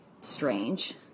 strange